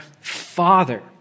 father